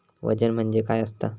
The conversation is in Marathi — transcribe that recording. वजन म्हणजे काय असता?